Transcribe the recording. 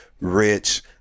rich